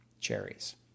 cherries